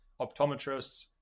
optometrists